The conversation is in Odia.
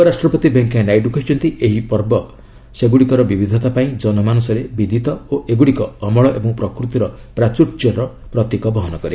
ଉପରାଷ୍ଟ୍ରପତି ଭେଙ୍କୟା ନାଇଡୁ କହିଛନ୍ତି ଏହିସବୁ ପର୍ବ ସେଗୁଡ଼ିକର ବିବିଧତା ପାଇଁ ଜନମାନସରେ ବିଦିତ ଓ ଏଗୁଡ଼ିକ ଅମଳ ଏବଂ ପ୍ରକୃତିର ପ୍ରାଚୁର୍ଯ୍ୟର ପ୍ରତୀକ ବହନ କରେ